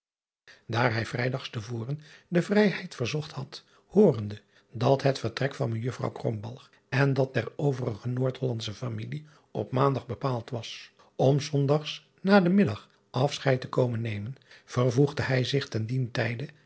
aar hig vrijdags te voren de vrijheid verzocht had hoorende dat het vertrek van ejuffrouw en dat der overige oordhollandsche familie op maandag bepaald was om zondags nadenmiddag afscheid te komen nemen vervoegde hij zich ten dien tijde